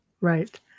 right